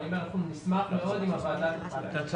אני אומר שנשמח מאוד אם הוועדה תאשר.